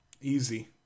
Easy